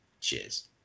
Cheers